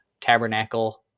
tabernacle